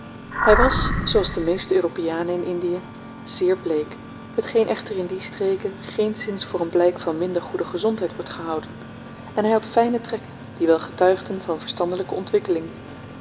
hy was zooals de meeste europeanen in indie zeer bleek hetgeen echter in die streken geenszins voor een blyk van minder goede gezondheid wordt gehouden en hy had fyne trekken die wel getuigden van verstandelyke ontwikkeling